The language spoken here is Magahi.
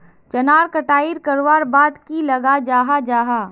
चनार कटाई करवार बाद की लगा जाहा जाहा?